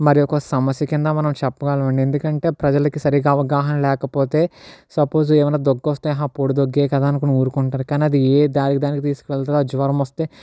మరొక సమస్య కింద మనం చెప్పగలం ఎందుకంటే ప్రజలకి సరిగ్గా అవగాహన లేకపోతే సప్పోజ్ ఏమైనా దగ్గు వస్తే ఆ పొడి దగ్గే కదా అనుకొని ఊరుకుంటారు కానీ అది ఏ దానికి తీసుకెళ్తాదో జ్వరం వస్తే